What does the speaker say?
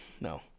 no